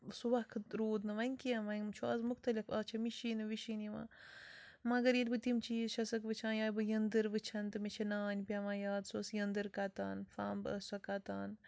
سُہ وَقت روٗد نہٕ وۄنۍ کیٚنہہ وۄنۍ چھُ آز مختلِف آز چھِ مٕشیٖنہِ وٕشیٖنہِ یِوان مگر ییٚلہِ بہٕ تِم چیٖز چھَسَکھ وٕچھان یا بہٕ یِنٛدٕر وٕچھَن تہٕ مےٚ چھ نانۍ پٮ۪وان یاد سۄ ٲس یِنٛدٕر کَتان پھمب ٲسۍ سۄ کَتان